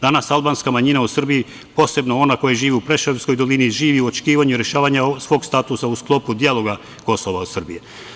Danas albanska manjina u Srbiji, posebno ona koja živi u Preševskoj dolini, živi u očekivanju rešavanja svog statusa u sklopu dijaloga Kosova i Srbije.